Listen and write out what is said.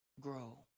grow